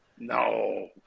No